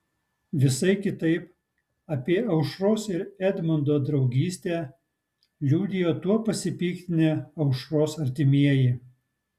visai kitaip apie aušros ir edmundo draugystę liudijo tuo pasipiktinę aušros artimieji